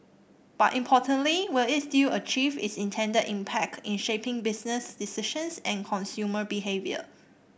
but importantly will it still achieve its intended impact in shaping business decisions and consumer behaviour